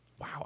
Wow